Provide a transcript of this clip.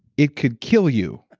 it could kill you.